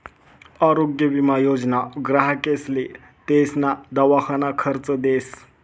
आरोग्य विमा योजना ग्राहकेसले तेसना दवाखाना खर्च देस